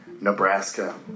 Nebraska